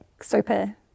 super